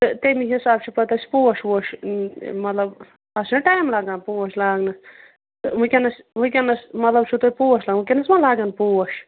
تہٕ تمے حِساب چھِ پَتہٕ أسۍ پوش ووش مطلب اَتھ چھُنہ ٹایم لگان پوش لاگنَس تہٕ وٕنکٮ۪نَس وٕنکٮ۪نَس مطلب چھُو تۄہہِ پوش لاگ وٕنکٮ۪نَس ما لاگَن پوش